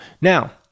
Now